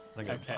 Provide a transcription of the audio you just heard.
Okay